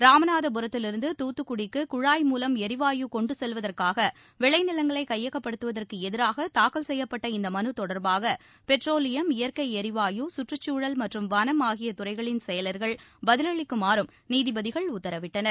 ராமநாதபுரத்திலிருந்து துத்துக்குடிக்கு குழாய் மூவம் ளிவாயு கொண்டு செல்வதற்காக விளை நிலங்களை கைபகப்படுத்துவதற்கு எதிராக தாக்கல் செய்யப்பட்ட இந்த மனு தொடர்பாக பெட்ரோலியம் இயற்கை எரிவாயு கற்றுச்சூழல் மற்றும் வனம் ஆகிய துறைகளின் செயலா்கள் பதிலளிக்குமாறும் நீதிபதிகள் உத்தரவிட்டனர்